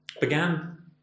began